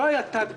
לא היה תת-ביצוע,